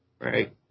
Right